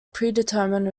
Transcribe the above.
predetermined